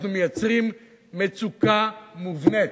אנחנו מייצרים מצוקה מובנית,